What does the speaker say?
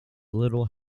little